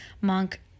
monk